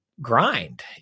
grind